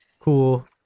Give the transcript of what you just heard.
cool